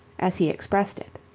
as he expressed it.